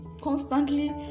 constantly